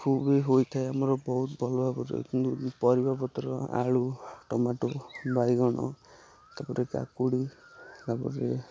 ଖୁବ ବି ହୋଇଥାଏ ଆମର ବହୁତ ଭଲ ପରିବାପତ୍ର ଆଳୁ ଟମାଟୋ ବାଇଗଣ ତାପରେ କାକୁଡ଼ି ତାପରେ